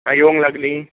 काय येवंक लागलीं